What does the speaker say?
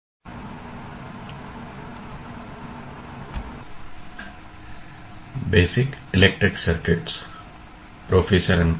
नमस्कार